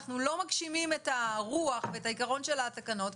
אנחנו לא מגשימים את הרוח ואת העיקרון של התקנות,